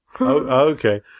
Okay